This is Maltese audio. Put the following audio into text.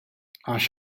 għax